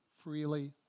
freely